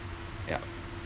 yup